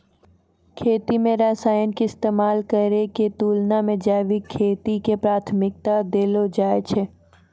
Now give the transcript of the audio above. खेती मे रसायन के इस्तेमाल करै के तुलना मे जैविक खेती के प्राथमिकता देलो जाय छै